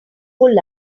pull